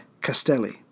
Castelli